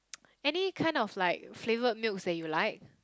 any kind of like flavoured milks that you like